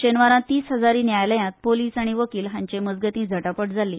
शेनवारा तीस हजारी न्यायालयांत प्रलीस आनी वकील हांचे मजगतीं झटापट जाल्ली